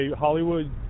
Hollywood